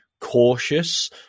cautious